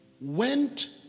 Went